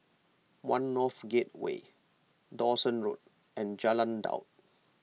one North Gateway Dawson Road and Jalan Daud